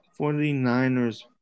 49ers